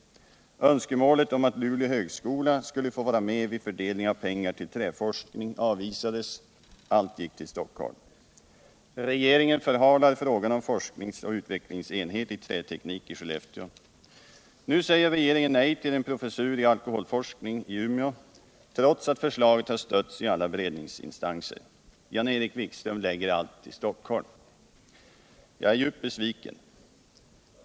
Önskemålet om att högskolan i Luleå skulle få vara med vid fördelningen av pengar till träforskning avvisades. Allt gick till Stockholm. Regeringen förhalar frågan om forskningsoch utvecklingsenhet i träteknik i Skellefteå, och nu säger man nej till en professur i alkoholforskning i Umeå, trots att förslaget har stötts i alla beredningsinstanser. Jan-Erik Wikström lägger allt i Stockholm. Jag är djupt besviken.